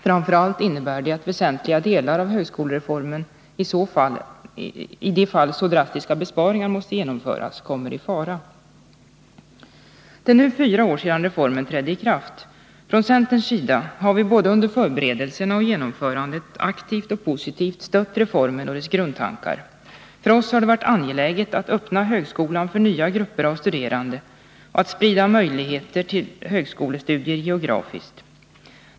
Framför allt innebär de att väsentliga delar av högskolereformen, i de fall så drastiska besparingar måste genomföras, kommer i fara. Det är nu fyra år sedan reformen trädde i kraft. Från centerns sida har vi både under förberedelserna och under genomförandet aktivt och positivt stött reformen och dess grundtankar. För oss har det varit angeläget att öppna högskolan för nya grupper av studerande och att sprida möjligheter till högskolestudier geografiskt.